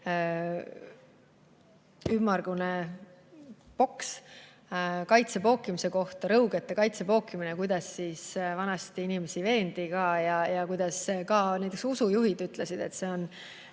ümmargune boks kaitsepookimise, rõugete kaitsepookimise teemal: kuidas vanasti inimesi veendi ja kuidas ka näiteks usujuhid ütlesid, et see on